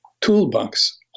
toolbox